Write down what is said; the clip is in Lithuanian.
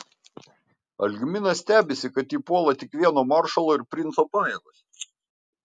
algminas stebisi kad jį puola tik vieno maršalo ir princo pajėgos